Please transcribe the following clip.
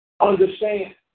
Understand